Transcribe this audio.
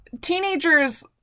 Teenagers